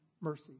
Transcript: mercy